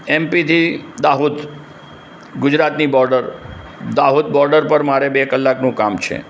એમપીથી દાહોદ ગુજરાતની border Dahod border પર મારે બે કલાકનું કામ છે